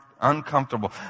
uncomfortable